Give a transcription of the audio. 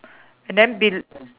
and then bel~